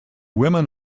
women